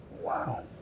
Wow